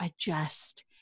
adjust